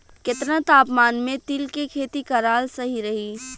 केतना तापमान मे तिल के खेती कराल सही रही?